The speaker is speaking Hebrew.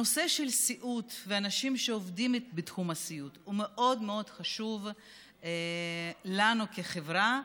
הנושא של סיעוד ואנשים שעובדים בתחום הסיעוד מאוד מאוד חשוב לנו כחברה,